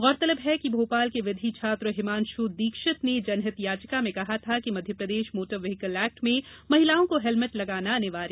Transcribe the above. गौरतलब है कि भोपाल के विधि छात्र हिमांशु दीक्षित ने जनहित याचिका में कहा था कि मध्यप्रदेश मोटर व्हीकल एक्ट में महिलाओं को हेलमेट लगाना अनिवार्य नहीं है